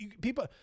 people